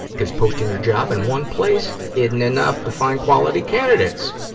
because posting your job in one place isn't enough to find quality candidates.